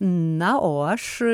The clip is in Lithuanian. na o aš